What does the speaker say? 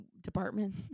department